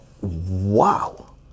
wow